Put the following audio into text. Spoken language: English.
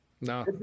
No